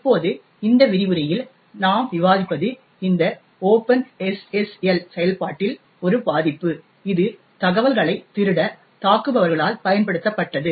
இப்போது இந்த விரிவுரையில் நாம் விவாதிப்பது இந்த Open SSL செயல்பாட்டில் ஒரு பாதிப்பு இது தகவல்களைத் திருட தாக்குபவர்களால் பயன்படுத்தப்பட்டது